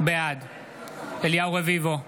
בעד אליהו רביבו,